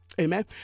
Amen